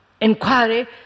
inquiry